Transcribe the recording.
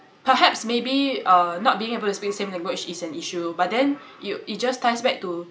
perhaps maybe uh not being able to speak the same language is an issue but then you it just ties back to